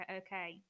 okay